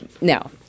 No